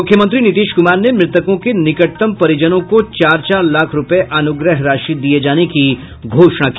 मुख्यमंत्री नीतीश कुमार ने मृतकों के निकटतम परिजनों को चार चार लाख रूपये अनुग्रह राशि दिये जाने की घोषणा की